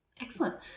Excellent